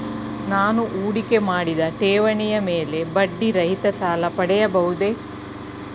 ನಾನು ಹೂಡಿಕೆ ಮಾಡಿದ ಠೇವಣಿಯ ಮೇಲೆ ಬಡ್ಡಿ ರಹಿತ ಸಾಲ ಪಡೆಯಬಹುದೇ?